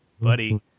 buddy